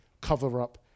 cover-up